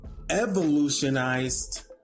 evolutionized